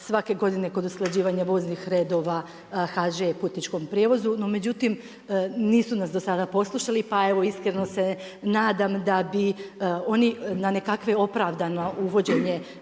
svake godine kod usklađivanja voznih redova HŽ i putničkog prijevoz, no međutim, nisu nas do sada poslušali, pa evo iskreno se nadam, da bi oni na nekakvo opravdano uvođenje